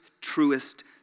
truest